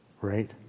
right